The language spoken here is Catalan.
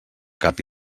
cap